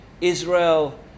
Israel